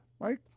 Mike